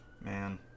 Man